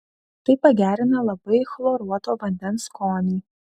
tai pagerina labai chloruoto vandens skonį